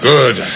Good